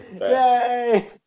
Yay